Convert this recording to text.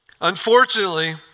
Unfortunately